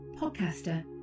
Podcaster